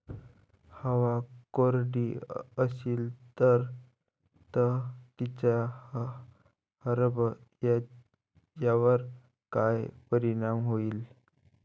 हवा कोरडी अशीन त तिचा हरभऱ्यावर काय परिणाम होईन?